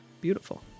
Beautiful